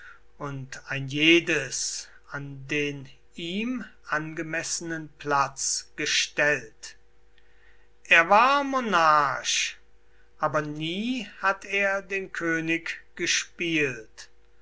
und ein jedes an den ihm angemessenen platz gestellt er war monarch aber nie hat er den könig gespielt